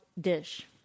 dish